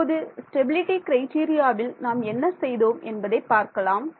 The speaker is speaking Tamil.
இப்போது ஸ்டெபிலிட்டி க்ரைடீரியாவில் நாம் என்ன செய்தோம் என்பதை பார்க்கலாம்